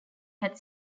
had